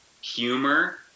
humor